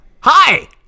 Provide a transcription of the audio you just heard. hi